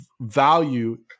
value